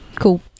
Cool